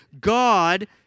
God